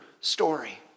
story